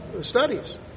studies